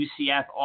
UCF